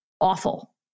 awful